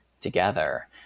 together